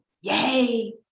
Yay